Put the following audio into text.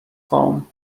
foam